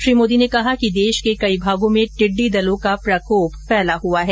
श्री मोदी ने कहा देश के कई भागों में टिड्डी दलों का प्रकोप फैला हुआ है